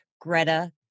Greta